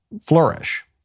flourish